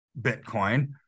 Bitcoin